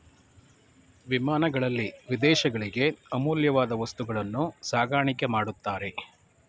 ವಿಮಾನಗಳಲ್ಲಿ ವಿದೇಶಗಳಿಗೆ ಅಮೂಲ್ಯವಾದ ವಸ್ತುಗಳನ್ನು ಸಾಗಾಣಿಕೆ ಮಾಡುತ್ತಾರೆ